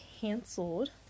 canceled